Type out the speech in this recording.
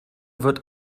wird